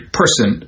person